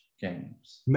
games